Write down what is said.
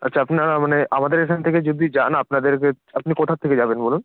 আচ্ছা আপনারা মানে আমাদের এখান থেকে যদি যান আপনাদেরকে আপনি কোথার থেকে যাবেন বলুন